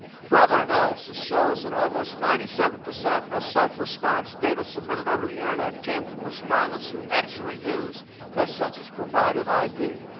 further analysis shows that almost ninety seven percent of self response data submitted over the internet came from respondents who actually use their census-provided i d.